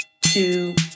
two